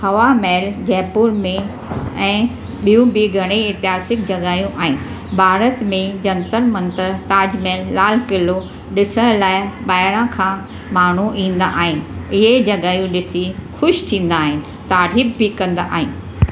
हवा महल जयपुर में ऐं ॿियूं बि घणई ऐतिहासिक जॻहियूं आहिनि भारत में जंतर मंतर ताजमहल लालकिलो ॾिसण लाइ ॿाहिरां खां माण्हू ईंदा आहिनि इहे जॻहियूं ॾिसी ख़ुशि थींदा आहिनि तारीफ़ बि कंदा आहिनि